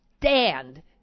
stand